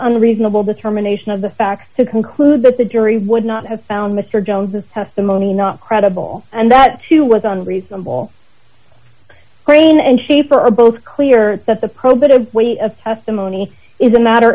unreasonable determination of the facts to conclude that the jury would not have found mr jones's testimony not credible and that too was on reasonable grain and she for both clear that the pro bit of weight of testimony is a matter